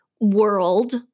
world